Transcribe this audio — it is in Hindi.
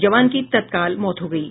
जवान की तत्काल मौत हो गयी